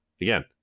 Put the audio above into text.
again